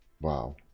Wow